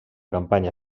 campanya